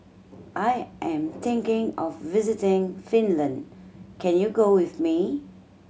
I am thinking of visiting Finland can you go with me